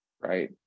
right